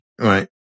Right